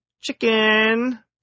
chicken